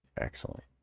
Excellent